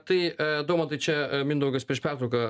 tai daumantai čia mindaugas prieš pertrauką